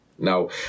Now